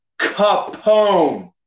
Capone